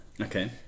Okay